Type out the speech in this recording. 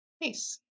Nice